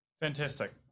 Fantastic